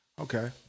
okay